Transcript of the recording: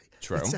True